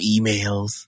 emails